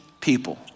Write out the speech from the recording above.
people